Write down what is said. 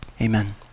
amen